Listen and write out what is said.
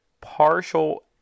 partial